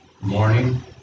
Morning